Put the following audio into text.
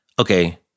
okay